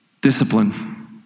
Discipline